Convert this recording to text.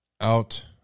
out